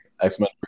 x-men